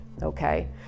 Okay